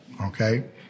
okay